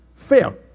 Fail